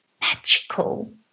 magical